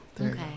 okay